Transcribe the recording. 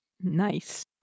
Nice